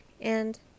And